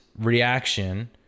reaction